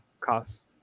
costs